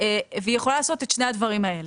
והיא יכולה לעשות את שני הדברים האלה.